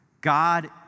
God